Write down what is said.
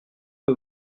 que